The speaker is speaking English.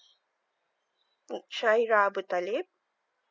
mm shahira budalib